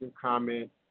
comment